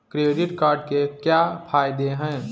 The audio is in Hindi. क्रेडिट कार्ड के क्या फायदे हैं?